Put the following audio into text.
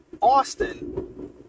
Austin